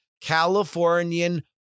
Californian